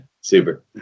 Super